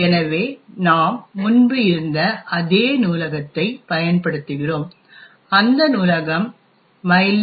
எனவே நாம் முன்பு இருந்த அதே நூலகத்தைப் பயன்படுத்துகிறோம் அந்த நூலகம் mylib